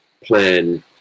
plan